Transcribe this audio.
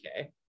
okay